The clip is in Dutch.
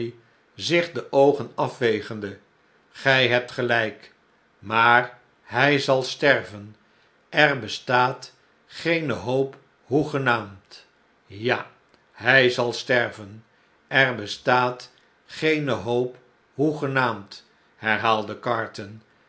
zich de oogen afvegende gij hebt gelijk maar hij zal sterven er bestaat geene hoop hoegenaamd ja hn zal sterven er bestaat geene hoop hoegenaamd herhaalde carton